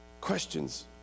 questions